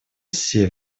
все